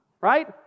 Right